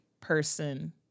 person